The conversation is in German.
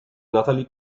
natalie